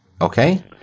Okay